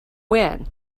when